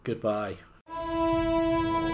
goodbye